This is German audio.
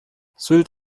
sylt